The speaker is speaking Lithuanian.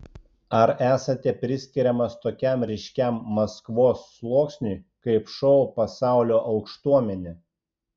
ar esate priskiriamas tokiam ryškiam maskvos sluoksniui kaip šou pasaulio aukštuomenė